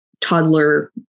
toddler